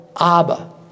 Abba